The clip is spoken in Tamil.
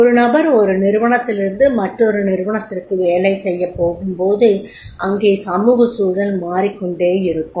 ஒரு நபர் ஒரு நிறுவனத்திலிருந்து மற்றொரு நிறுவனத்திற்கு வேலை செய்யப் போகும்போது அங்கே சமூக சூழல் மாறிக்கொண்டே இருக்கும்